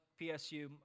PSU